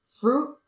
Fruit